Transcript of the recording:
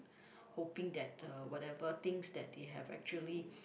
hoping that uh whatever things that they have actually